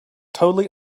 totally